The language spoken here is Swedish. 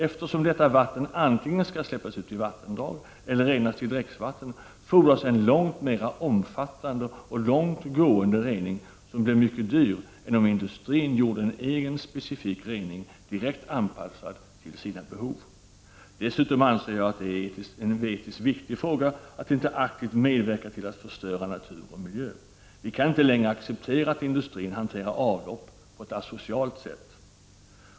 Eftersom detta vatten antingen skall släppas ut i vattendrag eller renas till dricksvatten, fordras en långt mera omfattande och långt gående rening, som blir mycket dyr, än om industrin gjorde en egen specifik rening direkt anpassad till sina behov. Dessutom anser jag att det är en etiskt viktig fråga att inte aktivt medverka till att förstöra natur och miljö. Vi kan inte längre acceptera att industrin hanterar avlopp på ett asocialt sätt.